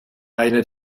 eine